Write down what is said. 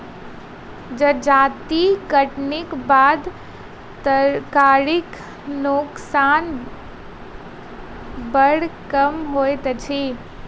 जजाति कटनीक बाद तरकारीक नोकसान बड़ कम होइत अछि